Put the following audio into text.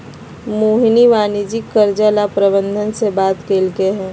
मोहिनी वाणिज्यिक कर्जा ला प्रबंधक से बात कलकई ह